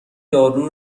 دارو